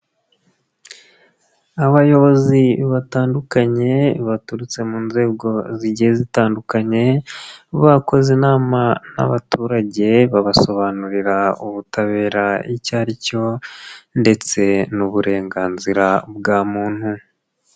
Abayobozi batandukanye baturutse mu nzego zigiye zitandukanye, bakoze inama n'abaturage babasobanurira ubutabera icyo ari cyo ndetse n'uburenganzira bwa muntu.